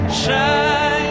shine